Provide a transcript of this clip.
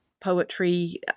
poetry